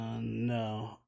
no